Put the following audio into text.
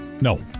No